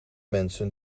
mensen